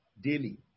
daily